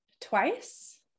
twice